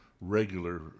regular